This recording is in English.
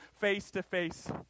face-to-face